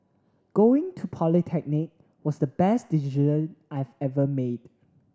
going to polytechnic was the best decision I've ever made